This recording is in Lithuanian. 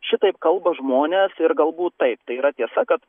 šitaip kalba žmonės ir galbūt taip tai yra tiesa kad